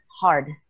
hard